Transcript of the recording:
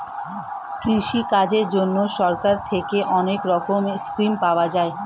কৃষিকাজের জন্যে সরকার থেকে অনেক রকমের স্কিম পাওয়া যায়